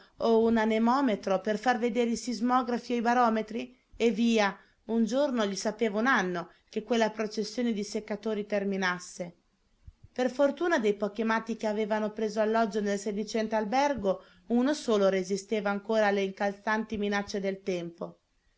o un anemometro per far vedere i sismografi o i barometri eh via un giorno gli sapeva un anno che quella processione di seccatori terminasse per fortuna dei pochi matti che avevano preso alloggio nel sedicente albergo uno solo resisteva ancora alle incalzanti minacce del tempo